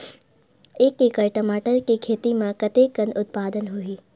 एक एकड़ टमाटर के खेती म कतेकन उत्पादन होही?